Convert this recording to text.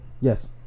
Yes